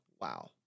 Wow